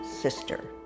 sister